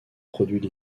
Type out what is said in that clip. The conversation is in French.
produits